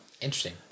Interesting